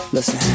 Listen